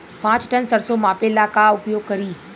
पाँच टन सरसो मापे ला का उपयोग करी?